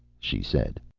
she said.